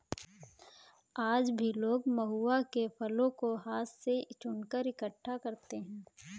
आज भी लोग महुआ के फलों को हाथ से चुनकर इकठ्ठा करते हैं